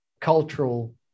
cultural